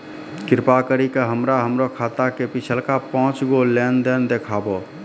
कृपा करि के हमरा हमरो खाता के पिछलका पांच गो लेन देन देखाबो